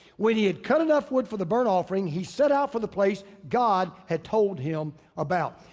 when he had cut enough wood for the burnt offering, he set out for the place god had told him about.